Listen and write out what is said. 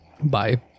Bye